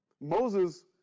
Moses